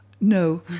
no